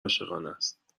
عاشقانست